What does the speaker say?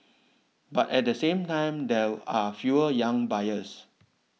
but at the same time there are fewer young buyers